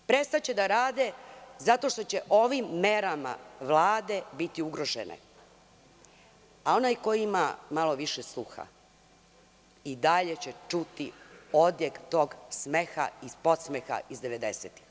Prestaće da rade zato što će ovim merama Vlade biti ugrožene, a onaj ko ima malo više sluha i dalje će čuti odjek tog smeha i podsmeha iz 90-ih.